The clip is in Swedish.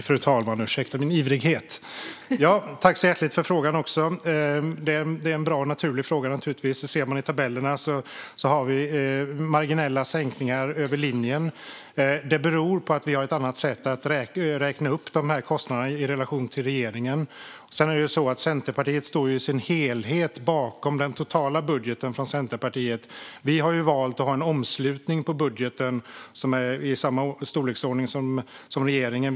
Fru talman! Jag tackar så hjärtligt för frågan, som är bra och naturlig. I tabellerna har vi marginella sänkningar över linjen. Det beror på att vi har ett annat sätt än regeringen att räkna upp kostnaderna. Centerpartiets totala budget ska ses som en helhet. När det gäller omslutningen har vi valt att ha en budget i samma storleksordning som regeringens.